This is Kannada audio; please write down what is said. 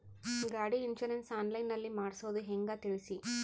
ಗಾಡಿ ಇನ್ಸುರೆನ್ಸ್ ಆನ್ಲೈನ್ ನಲ್ಲಿ ಮಾಡ್ಸೋದು ಹೆಂಗ ತಿಳಿಸಿ?